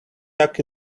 tack